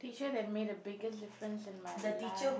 teacher that made a biggest difference in my life